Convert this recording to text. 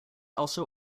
also